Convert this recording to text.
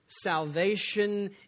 salvation